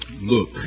Look